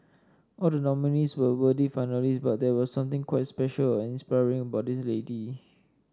all the nominees were worthy finalists but there was something quite special and inspiring about this lady